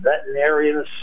veterinarian